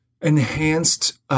enhanced –